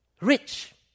rich